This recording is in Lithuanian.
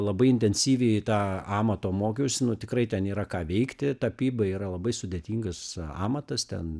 labai intensyviai tą amato mokiaus nu tikrai ten yra ką veikti tapyba yra labai sudėtingas amatas ten